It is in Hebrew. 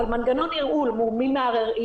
אבל, מנגנון ערעור: מול מי מערערים?